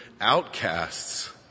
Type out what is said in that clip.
outcasts